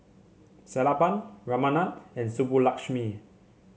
Sellapan Ramanand and Subbulakshmi